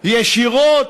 ישירות,